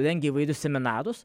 rengia įvairius seminarus